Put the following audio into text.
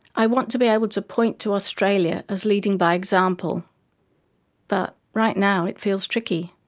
i want to be able to point to australia as leading by example but, right now, it feels trickythere